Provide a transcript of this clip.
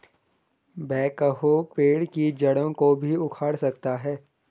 backhoe पेड़ की जड़ों को भी उखाड़ सकता है